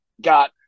got